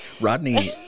Rodney